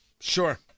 Sure